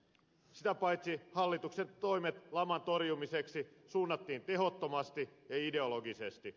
sitä paitsi hallituksen toimet laman torjumiseksi suunnattiin tehottomasti ja ideologisesti